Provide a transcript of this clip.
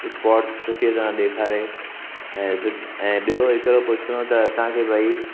spots सुठी तरह ॾेखारे ऐं सुठे ऐं ॿियों हिकिड़ो पुछिड़ो त असांखे भई